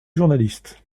journaliste